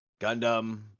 Gundam